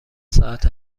ساعت